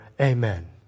Amen